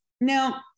Now